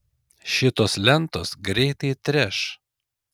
šitos lentos greitai treš